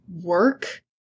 work